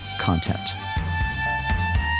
content